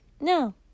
No